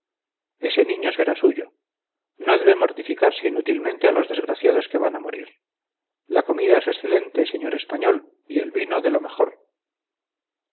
ese niño será suyo no debe mortificarse inútilmente a los desgraciados que van a morir la comida es excelente señor español y el vino de lo mejor